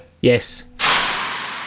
Yes